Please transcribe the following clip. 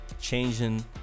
Changing